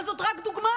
אבל זו רק דוגמה.